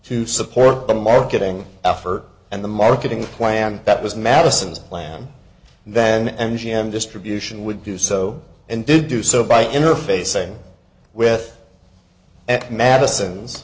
to support the marketing effort and the marketing plan that was madison's plan then and g m distribution would do so and did do so by interfacing with at madison's